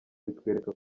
bitwereka